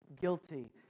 guilty